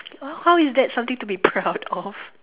uh how is that something to be proud of